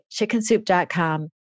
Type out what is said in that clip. chickensoup.com